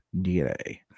DNA